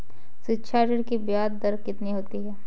शिक्षा ऋण की ब्याज दर कितनी होती है?